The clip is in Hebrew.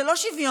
זה לא שוויון,